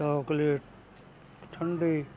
chocolate ਠੰਡੇ